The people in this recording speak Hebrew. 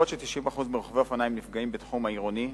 אף-על-פי ש-90% מרוכבי האופניים נפגעים בתחום העירוני,